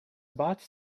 bots